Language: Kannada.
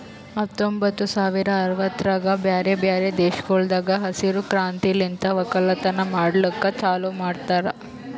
ಹತ್ತೊಂಬತ್ತು ಸಾವಿರ ಅರವತ್ತರಾಗ್ ಬ್ಯಾರೆ ಬ್ಯಾರೆ ದೇಶಗೊಳ್ದಾಗ್ ಹಸಿರು ಕ್ರಾಂತಿಲಿಂತ್ ಒಕ್ಕಲತನ ಮಾಡ್ಲುಕ್ ಚಾಲೂ ಮಾಡ್ಯಾರ್